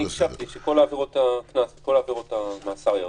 אני הקשבתי, שכל עבירות המאסר ירדו.